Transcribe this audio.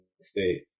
State